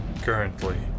Currently